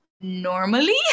normally